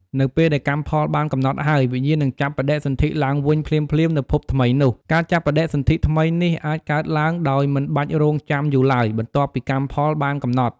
នៅពេលដែលកម្មផលបានកំណត់ហើយ វិញ្ញាណនឹងចាប់បដិសន្ធិឡើងវិញភ្លាមៗនៅភពថ្មីនោះ ការចាប់បដិសន្ធិថ្មីនេះអាចកើតឡើងដោយមិនបាច់រង់ចាំយូរឡើយ បន្ទាប់ពីកម្មផលបានកំណត់។